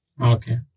Okay